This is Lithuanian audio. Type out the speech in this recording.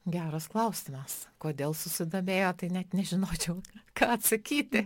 geras klausimas kodėl susidomėjo tai net nežinočiau ką atsakyti